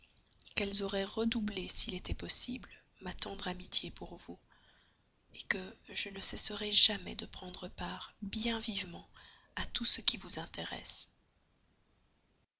qu'elles auraient redoublé s'il était possible ma tendre amitié pour vous que je ne cesserai jamais de prendre part bien vivement à tout ce qui vous intéresse